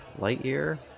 Lightyear